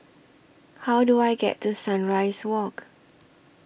How Do I get to Sunrise Walk